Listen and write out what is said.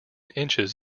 inches